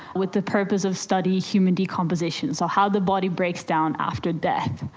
with the purpose of studying human decomposition, so how the body breaks down after death.